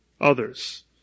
others